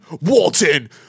Walton